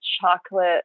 chocolate